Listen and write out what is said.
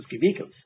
vehicles